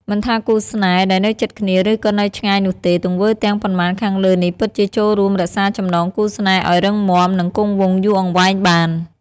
មិនថាគូរស្នេហ៍ដែលនៅជិតគ្នាឬក៏នៅឆ្ងាយនោះទេ ទង្វើទាំងប៉ុន្មានខាងលើនេះពិតជាចូលរួមរក្សាចំំណងគូរស្នេហ៍ឱ្យរឹងមាំ និងគង់វង្សយូរអង្វែងបាន។